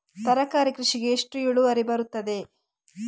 ತರಕಾರಿ ಕೃಷಿಗೆ ಎಷ್ಟು ಇಳುವರಿ ಬರುತ್ತದೆ?